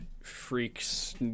freaks